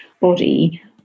Body